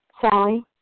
Sally